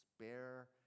spare